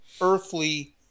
earthly